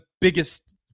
biggest